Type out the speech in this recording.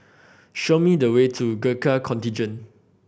show me the way to Gurkha Contingent